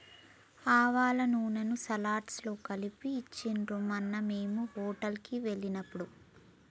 ఆవాల నూనెను సలాడ్స్ లో కలిపి ఇచ్చిండ్రు మొన్న మేము హోటల్ కి వెళ్ళినప్పుడు